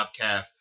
podcast